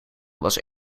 was